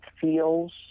feels